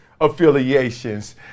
affiliations